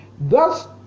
thus